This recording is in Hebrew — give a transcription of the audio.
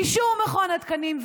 אישור מכון התקנים,